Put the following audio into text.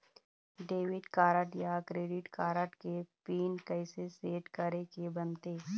Debit card या credit card के pin कइसे सेट करे के बनते?